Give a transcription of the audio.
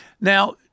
Now